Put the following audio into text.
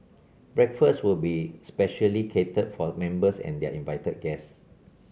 breakfast will be specially catered for members and their invited guest